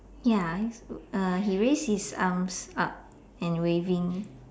ya is uh he raised his arms up and waving